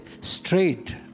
straight